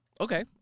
Okay